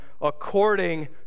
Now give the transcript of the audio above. according